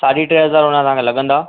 साढी टे हज़ार हुनजा तव्हांखे लॻंदा